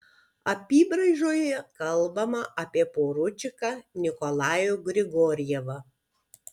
apybraižoje kalbama apie poručiką nikolajų grigorjevą